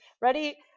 Ready